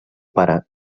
pare